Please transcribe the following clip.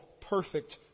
perfect